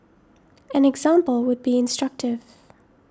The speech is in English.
an example would be instructive